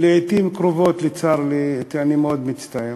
לעתים קרובות, וצר לי, אני מאוד מצטער.